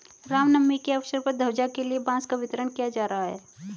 राम नवमी के अवसर पर ध्वजा के लिए बांस का वितरण किया जा रहा है